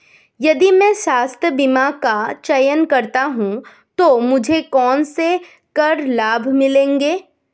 यदि मैं स्वास्थ्य बीमा का चयन करता हूँ तो मुझे कौन से कर लाभ मिलेंगे?